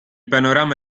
panorama